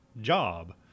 job